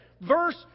Verse